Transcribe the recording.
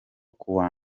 kuwa